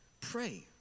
Pray